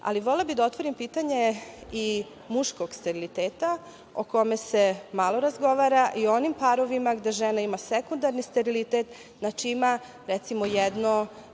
bih da otvorim pitanje i muškog steriliteta, o kome se malo razgovara, i o onim parovima gde žena ima sekundarni sterilitet, ima recimo jedno